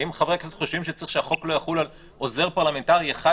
האם חברי כנסת חושבים שצריך שהחוק לא יחול על עוזר פרלמנטרי אחד,